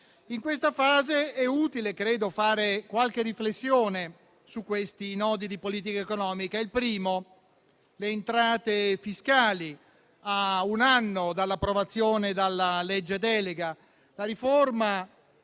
In questa fase è utile, credo, fare qualche riflessione su questi nodi di politica economica. Il primo riguarda le entrate fiscali, a un anno dall'approvazione della legge delega. La riforma